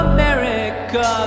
America